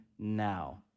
Now